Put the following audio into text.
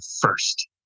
first